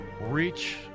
reach